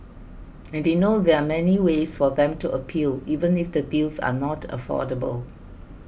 and they know there are many ways for them to appeal even if the bills are not affordable